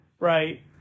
Right